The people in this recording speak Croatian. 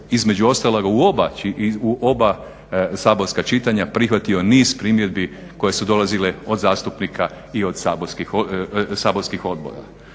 u oba čitanja, u oba saborska čitanja prihvatio niz primjedbi koje su dolazile od zastupnika i od saborskih odbora.